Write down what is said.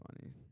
funny